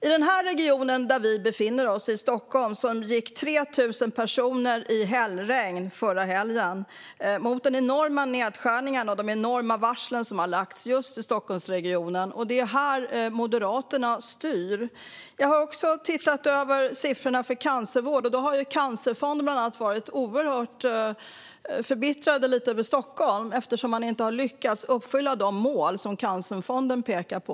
I den region där vi befinner oss, Stockholm, gick 3 000 personer i hällregn förra helgen i protest mot de enorma nedskärningarna och de varsel som har lagts just i Stockholmsregionen. Och det är här Moderaterna styr. Jag har tittat över siffrorna för cancervården. Cancerfonden, bland andra, har varit oerhört förbittrade på Stockholm eftersom man inte har lyckats nå de mål som Cancerfonden pekar på.